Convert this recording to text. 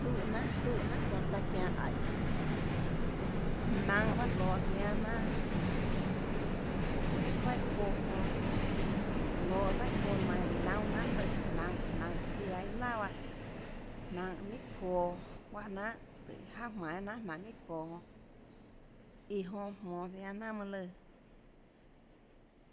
Júhã jnanà júhã jnanà çóhã taã çianå aíhå jmaønhå baâ lohå ziánâ jnanà zaùhà çuoã jonã lohå zaùhà çuoã nainhå laúnâ jnanhà mønâ lùã jmaønhå jmaønhå ziaã iã laà bahâ jmaønhå minhà çoå juáhã jnanhà tùhå jauà jmainå guiónà jnanà jmaønhå minhà çoå jonã iã jonã jmonå ziánâ jnanà mønâ